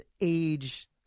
age